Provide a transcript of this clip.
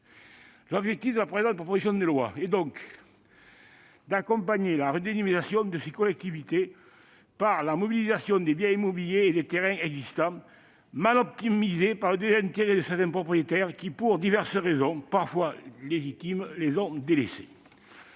L'objectif de la présente proposition de loi est d'accompagner la redynamisation de ces collectivités par la mobilisation des biens immobiliers et des terrains existants, mal optimisés du fait du désintérêt de certains propriétaires, qui, pour des raisons diverses, parfois légitimes, les ont délaissés.